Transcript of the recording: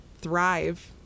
thrive